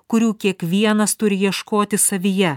kurių kiekvienas turi ieškoti savyje